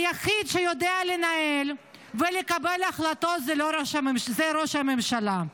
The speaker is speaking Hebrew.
היחיד שיודע לנהל ולקבל החלטות הוא ראש הממשלה,